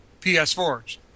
PS4s